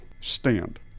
stand